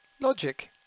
logic